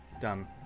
done